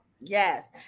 Yes